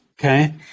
Okay